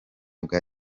bwa